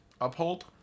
uphold